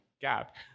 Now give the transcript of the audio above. gap